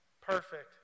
Perfect